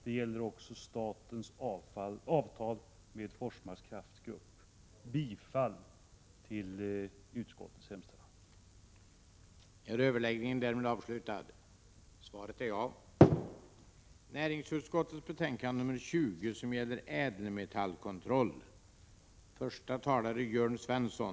Det gäller också statens avtal med Forsmarks kraftgrupp. Jag yrkar bifall till utskottets hemställan.